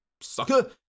Sucker